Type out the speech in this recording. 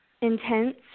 intense